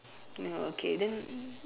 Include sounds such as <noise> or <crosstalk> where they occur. <noise> okay then